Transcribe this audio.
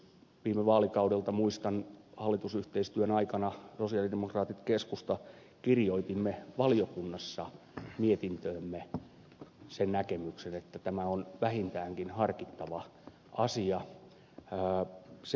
viime vaalikaudelta muistan hallitusyhteistyön aikana sosialidemokraatit keskusta kirjoitimme valiokunnassa mietintöömme sen näkemyksen että tämä on vähintäänkin harkittava asia